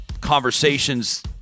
conversations